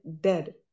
dead